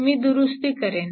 मी दुरुस्ती करेन